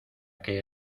que